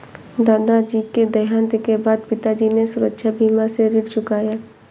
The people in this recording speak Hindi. दादाजी के देहांत के बाद पिताजी ने सुरक्षा बीमा से ऋण चुकाया